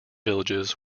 villages